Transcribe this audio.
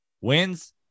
wins